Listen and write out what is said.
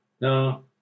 No